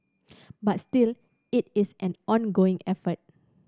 but still it is an ongoing effort